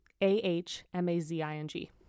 A-H-M-A-Z-I-N-G